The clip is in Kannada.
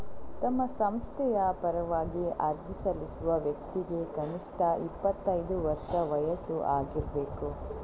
ತಮ್ಮ ಸಂಸ್ಥೆಯ ಪರವಾಗಿ ಅರ್ಜಿ ಸಲ್ಲಿಸುವ ವ್ಯಕ್ತಿಗೆ ಕನಿಷ್ಠ ಇಪ್ಪತ್ತೈದು ವರ್ಷ ವಯಸ್ಸು ಆಗಿರ್ಬೇಕು